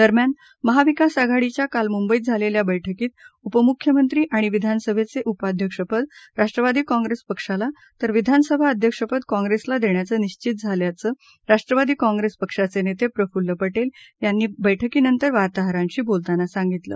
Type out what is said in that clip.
दरम्यान महाविकास आघाडीच्या काल मुंबईत झालेल्या वैठकीत उपमुख्यमंत्री आणि विधानसभेचे उपाध्यक्षपद राष्ट्रवादी काँप्रेस पक्षाला तर विधानसभा अध्यक्षपद काँप्रेसला देण्याचं निबित झाल्याचं राष्ट्रवादी काँग्रेस पक्षाचे नेते प्रफुल्ल पटेल यांनी बैठकीनंतर वार्ताहरांशी बोलतांना सांगितलं